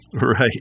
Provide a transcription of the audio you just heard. Right